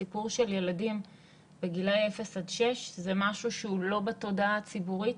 הסיפור של ילדים בגילאי אפס עד שש זה משהו שהוא לא בתודעה הציבורית.